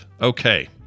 Okay